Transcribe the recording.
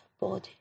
body